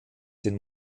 den